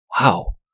wow